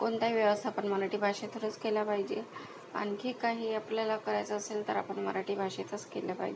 कोणत्याही व्यवस्थापन मराठी भाषेतूनच केलं पाहिजे आणखी काही आपल्याला करायचं असेल तर आपण मराठी भाषेतच केलं पाहिजे